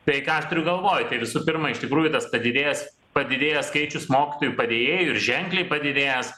tai ką aš turiu galvoj tai visų pirma iš tikrųjų tas padidėjęs padidėjęs skaičius mokytojų padėjėjų ir ženkliai padidėjęs